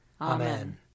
Amen